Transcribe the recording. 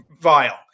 vile